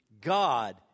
God